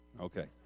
okay